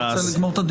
תודה.